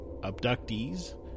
abductees